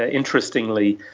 ah interestingly,